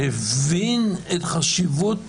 שהבין את חשיבות